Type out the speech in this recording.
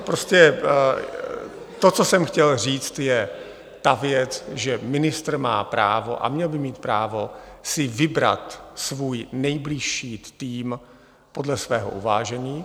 Prostě to, co jsem chtěl říct, je ta věc, že ministr má právo a měl by mít právo si vybrat svůj nejbližší tým podle svého uvážení.